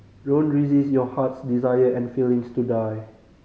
don't resist your heart's desire and feelings to die